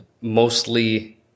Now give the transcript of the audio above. mostly